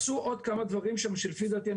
עשו עוד כמה דברים שם שלפי דעתי,